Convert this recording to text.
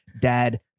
dad